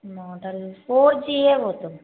model for G है वह तो